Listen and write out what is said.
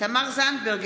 תמר זנדברג,